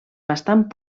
bastant